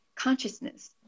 consciousness